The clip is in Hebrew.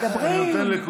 מדברים,